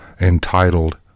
entitled